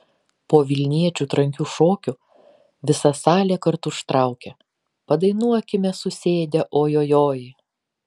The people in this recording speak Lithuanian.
po vilniečių trankių šokių visa salė kartu užtraukė padainuokime susėdę o jo joj